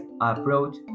approach